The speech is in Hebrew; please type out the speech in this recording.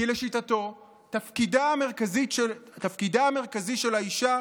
כי לשיטתו תפקידה המרכזי של האישה